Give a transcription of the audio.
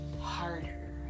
harder